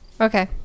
Okay